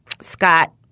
Scott